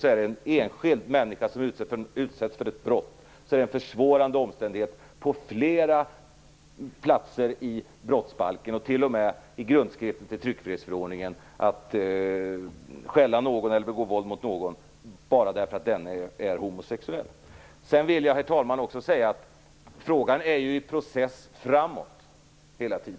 Men om någon enskild människa utsätts för ett brott, t.ex. blir förolämpad eller utsatt för våld, är det enligt flera ställen i brottsbalken och t.o.m. i grundskriften till tryckfrihetsförordningen en försvårande omständighet om detta sker bara därför att han eller hon är homosexuell. Sedan vill jag, herr talman, också säga att frågan är i process framåt.